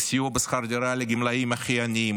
בסיוע בשכר דירה לגמלאים הכי עניים,